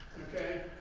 okay?